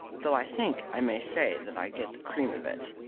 though i think i may say that i get the cream of it.